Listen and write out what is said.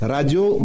Radio